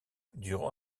durant